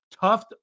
Tough